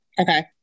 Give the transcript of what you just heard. Okay